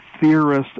theorist